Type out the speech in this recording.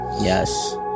Yes